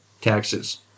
taxes